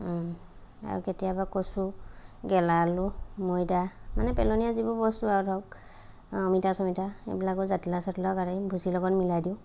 আৰু কেতিয়াবা কচু গেলা আলু ময়দা মানে পেলনীয়া যিবোৰ বস্তু আৰু ধৰক অমিতা চমিতা এইবিলাকো জাতিলাও চাতিলাও কাটি ভুচিৰ লগত মিলাই দিওঁ